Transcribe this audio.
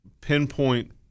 pinpoint